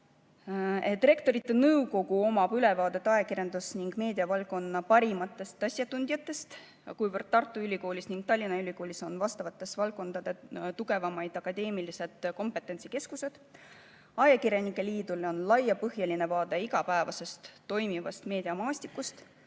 Rektorite Nõukogul on ülevaade ajakirjandus‑ ja meediavaldkonna parimatest asjatundjatest, kuivõrd Tartu Ülikoolis ning Tallinna Ülikoolis on vastavate valdkondade tugevaimad akadeemilised kompetentsikeskused, ajakirjanike liidul on laiapõhjaline vaade igapäevaselt toimivale meediamaastikule,